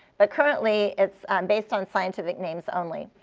but currently it's based on scientific names only.